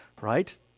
right